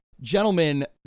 gentlemen